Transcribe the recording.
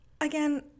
Again